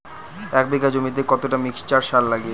এক বিঘা জমিতে কতটা মিক্সচার সার লাগে?